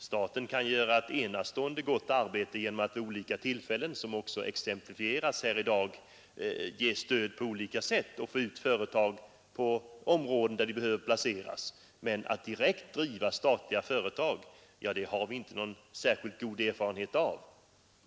Staten kan göra ett enastående gott arbete genom att vid olika tillfällen ge stöd på olika sätt, som exemplifierats här i dag, t.ex. genom att se till att få ut företag till områden där de behövs, men att driva statliga företag har vi inte någon god erfarenhet av.